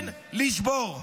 כן, לשבור.